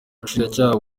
ubushinjacyaha